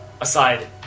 Aside